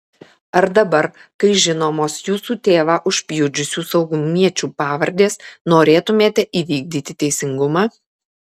ar dabar kai žinomos jūsų tėvą užpjudžiusių saugumiečių pavardės norėtumėte įvykdyti teisingumą